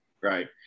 Right